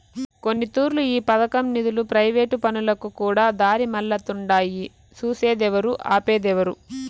కొన్నితూర్లు ఈ పదకం నిదులు ప్రైవేటు పనులకుకూడా దారిమల్లతుండాయి సూసేదేవరు, ఆపేదేవరు